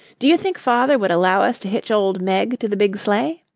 do you think father would allow us to hitch old meg to the big sleigh?